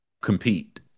Compete